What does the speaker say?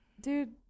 dude